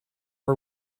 are